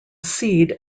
seed